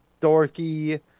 dorky